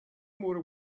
more